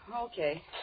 Okay